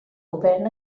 govern